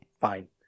Fine